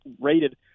rated